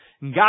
God